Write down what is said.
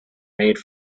made